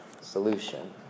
solution